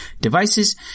devices